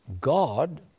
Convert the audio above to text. God